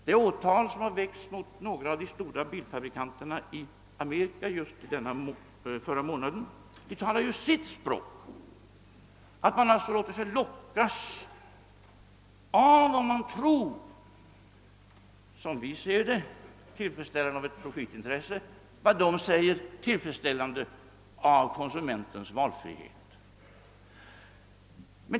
Det åtal som väckts mot några av de stora bilfabrikanterna i USA i förra månaden talar sitt tydliga språk. Man har låtit sig lockas av vad som är — såsom vi ser det — tillfredsställandet av ett profitintresse eller — enligt deras mening — tillfredsställandet av konsumentens valfrihet.